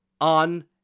On